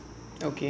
okay